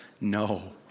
No